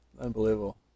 unbelievable